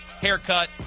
haircut